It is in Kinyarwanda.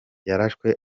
yarashwe